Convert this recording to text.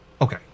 okay